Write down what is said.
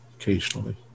occasionally